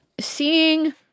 Seeing